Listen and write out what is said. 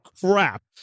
crap